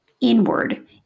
inward